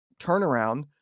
turnaround